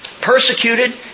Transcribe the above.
persecuted